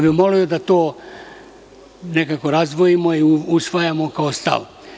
Moramo da to nekako razdvojimo i usvojimo kao stav.